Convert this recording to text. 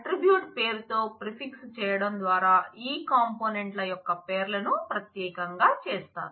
attribute పేరుతో prefix చేయడం ద్వారా ఈ కాంపోనెంట్ ల యొక్క పేర్లను ప్రత్యేకంగా చేస్తాను